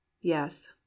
Yes